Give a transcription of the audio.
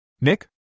Nick